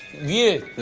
you